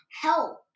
Help